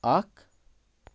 اَکھ